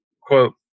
Quote